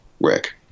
Rick